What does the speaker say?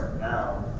now,